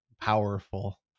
powerful